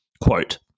quote